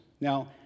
Now